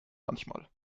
manchmal